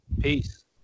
Peace